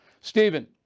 Stephen